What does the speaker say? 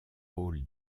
rôle